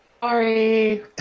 Sorry